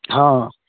हँ